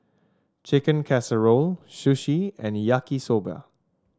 Chicken Casserole Sushi and Yaki Soba